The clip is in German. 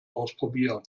ausprobieren